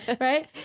Right